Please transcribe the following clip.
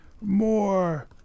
more